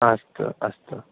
अस्तु अस्तु